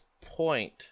point